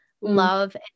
love